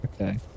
Okay